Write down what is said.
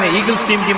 ah eagles team